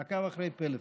מעקב אחרי פלאפון.